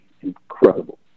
incredible